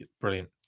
Brilliant